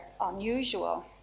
unusual